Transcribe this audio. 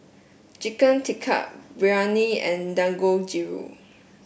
Chicken Tikka Biryani and Dangojiru